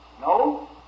No